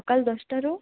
ସକାଳ ଦଶଟାରୁ